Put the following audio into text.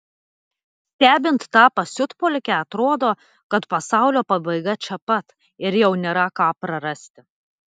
stebint tą pasiutpolkę atrodo kad pasaulio pabaiga čia pat ir jau nėra ką prarasti